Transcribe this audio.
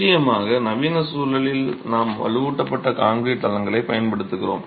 நிச்சயமாக நவீன சூழலில் நாம் வலுவூட்டப்பட்ட கான்கிரீட் தளங்களைப் பயன்படுத்துகிறோம்